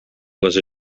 les